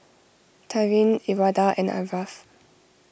Taryn Elwanda and Aarav